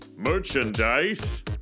merchandise